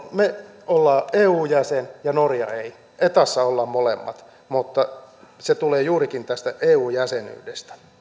me olemme eu jäsen ja norja ei etassa ollaan molemmat mutta se tulee juurikin tästä eu jäsenyydestä